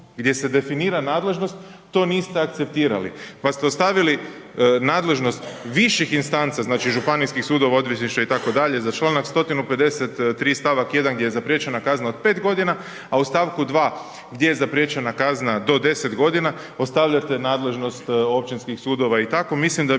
gdje se definira nadležnost, to niste akceptirali pa ste ostavili nadležnost viših instanca znači županijskih sudova, odvjetništva itd., za članak 153. stavak 1. gdje je zapriječena kazna od 5 godina a u stavku 2 gdje je zapriječena kazna do 10 godina ostavljate nadležnost općinskih sudova i tako.